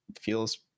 feels